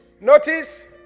notice